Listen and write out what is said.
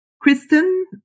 Kristen